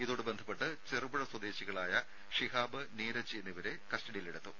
ഇതോട് ബന്ധപ്പെട്ട് ചെറുപുഴ സ്വദേശികളായ ഷിഹാബ് നീരജ് എന്നിവരെ കസ്റ്റഡിയിലെടുത്തു